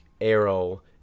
arrow